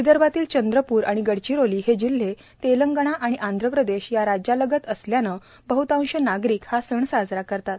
विदर्भातील चंद्रपूर आणि गडचिरोली हे जिल्हे तेलंगणा आणि आंध्रप्रदेश या राज्यालगत असल्यानं बहतांश नागरिक हा सण साजरा करतात